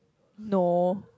no